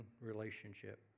relationship